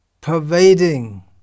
pervading